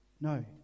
No